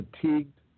fatigued